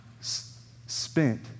spent